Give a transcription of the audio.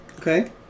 Okay